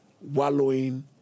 wallowing